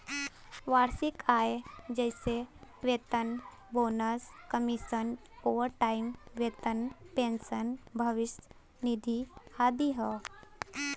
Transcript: वार्षिक आय जइसे वेतन, बोनस, कमीशन, ओवरटाइम वेतन, पेंशन, भविष्य निधि आदि हौ